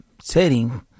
setting